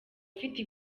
ifite